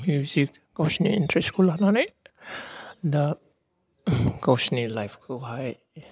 music गावसोरनि इन्ट्रेस्टखौ लानानै दा गावसोरनि लाइफखौहाय